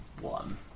one